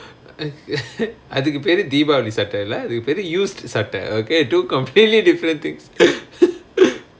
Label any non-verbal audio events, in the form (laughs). (laughs) (noise) அதுக்கு பெரு:athukku peru deepavali சட்டல அதுக்கு பெரு:sattala athuku peru used சட்ட:satta okay two completely different things (laughs)